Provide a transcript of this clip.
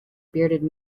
bearded